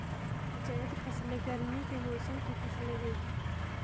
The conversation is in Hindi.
ज़ैद फ़सलें गर्मी के मौसम की फ़सलें हैं